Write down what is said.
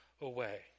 away